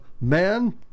Man